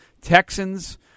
Texans